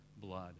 blood